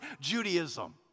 Judaism